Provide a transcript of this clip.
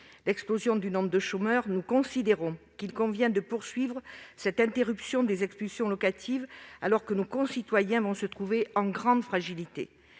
prévisible du nombre de chômeurs, nous considérons qu'il convient de proroger cette suspension des expulsions locatives, alors que nos concitoyens vont se trouver en grande fragilité,